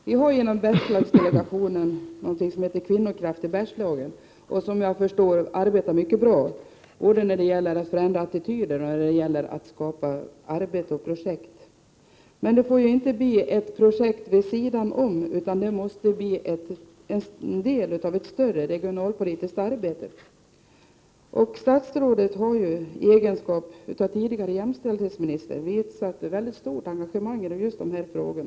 Herr talman! I anslutning till Bergslagsdelegationen finns något som kallas ”Kvinnokraft i Bergslagen”. Såvitt jag förstår gör man ett mycket bra arbete både när det gäller att förändra attityder och när det gäller att skapa arbete och projekt. Men det får inte skapas ett projekt vid sidan om, utan det måste skapas ett projekt som utgör en del av ett större regionalpolitiskt projekt. Statsrådet, som tidigare har haft ansvaret för jämställdhetsfrågorna, har visat ett mycket stort engagemang i just dessa frågor.